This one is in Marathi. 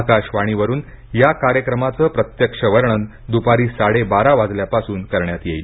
आकाशवाणीवरुन या कार्यक्रमांचं प्रत्यक्ष वर्णन द्पारी साडेबारा वाजल्यापासून करण्यात येईल